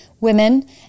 women